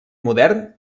modern